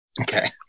okay